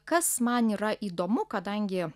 kas man yra įdomu kadangi